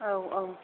औ औ